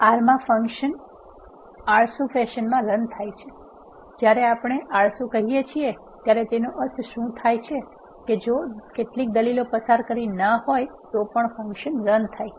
R માં function આળસુ ફેશનમાં રના થાય છે જ્યારે આપણે આળસુ કહીએ છીએ ત્યારે તેનો અર્થ શું થાય છે જો કેટલીક દલીલો પસાર કરી ના હોય તો પણ ફંક્શન રન થાય છે